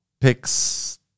picks